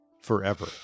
forever